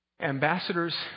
Ambassadors